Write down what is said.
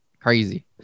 Crazy